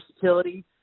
versatility